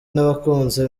n’abakunzi